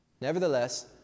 Nevertheless